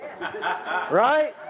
Right